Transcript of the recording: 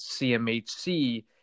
CMHC